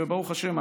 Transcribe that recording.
וברוך השם,